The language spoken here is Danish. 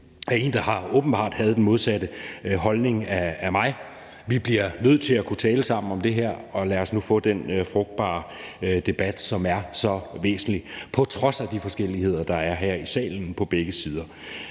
af en, der åbenbart havde den modsatte holdning af mig. Vi bliver nødt til at kunne tale sammen om det her, og lad os nu få den frugtbare debat, som er så væsentlig på trods af de forskelligheder, der er her i salen på begge sider.